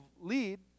lead